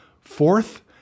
Fourth